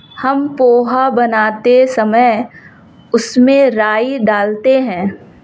हम पोहा बनाते समय उसमें राई डालते हैं